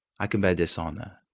i can bear dishonour,